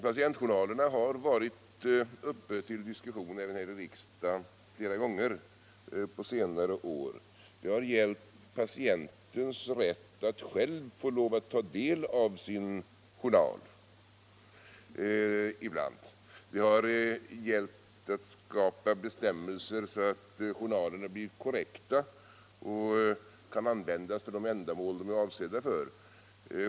Patientjournalerna har varit uppe till diskussion även här i riksdagen flera gånger på senare år. Det har då ibland gällt patientens rätt att själv få ta del av sin journal. Det har också gällt att skapa bestämmelser för att journalerna skall bli korrekta och kunna användas till de ändamål som de är avsedda för.